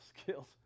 skills